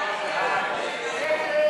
ההסתייגויות לסעיף 78,